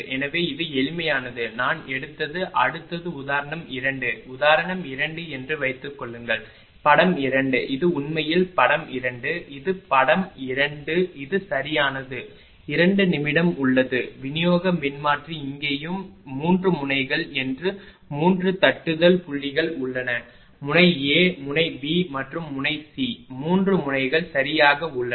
எனவே இது எளிமையானது நான் எடுத்தது அடுத்தது உதாரணம் 2 உதாரணம் 2 என்று வைத்துக்கொள்ளுங்கள் படம் 2 இது உண்மையில் படம் 2 இது படம் 2 இது சரியானது 2 நம்மிடம் உள்ளது விநியோக மின்மாற்றி இங்கேயும் இங்கேயும் 3 முனைகள் என்று 3 தட்டுதல் புள்ளிகள் உள்ளன முனை A முனை B மற்றும் முனை C 3 முனைகள் சரியாக உள்ளன